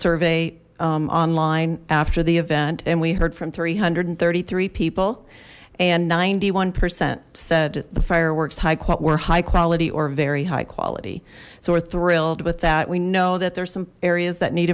survey online after the event and we heard from three hundred and thirty three people and ninety one percent said the fireworks high quote were high quality or very high quality so we're thrilled with that we know that there's some areas that need